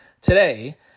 today